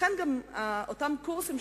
לכן גם כל אותם קורסים,